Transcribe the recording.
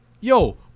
Yo